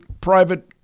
private